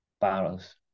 barrels